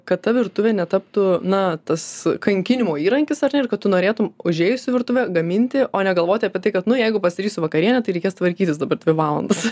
kad ta virtuvė netaptų na tas kankinimo įrankis ar ne ir kad tu norėtum užėjus į virtuvę gaminti o negalvoti apie tai kad nu jeigu pasidarysiu vakarienę tai reikės tvarkytis dabar dvi valandas